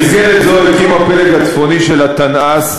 במסגרת זו הקים הפלג הצפוני של התנא"ס,